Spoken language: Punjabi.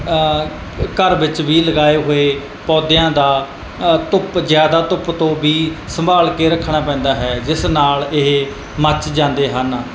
ਘਰ ਵਿੱਚ ਵੀ ਲਗਾਏ ਹੋਏ ਪੌਦਿਆਂ ਦਾ ਧੁੱਪ ਜ਼ਿਆਦਾ ਧੁੱਪ ਤੋਂ ਵੀ ਸੰਭਾਲ ਕੇ ਰੱਖਣਾ ਪੈਂਦਾ ਹੈ ਜਿਸ ਨਾਲ ਇਹ ਮੱਚ ਜਾਂਦੇ ਹਨ